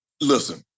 Listen